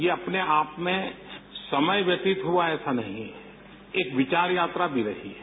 ये अपने आप में समय व्यतीत हुआ है ऐसा नहीं है एक विचार यात्रा भी रही है